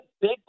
big